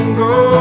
go